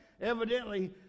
Evidently